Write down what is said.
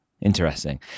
Interesting